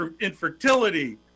infertility